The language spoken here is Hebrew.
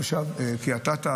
תושב קריית אתא,